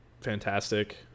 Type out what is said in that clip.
fantastic